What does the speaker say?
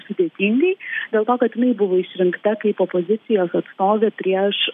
sudėtingai dėl to kad jinai buvo išrinkta kaip opozicijos atstovė prieš